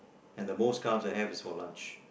and the most carbs I have is for lunch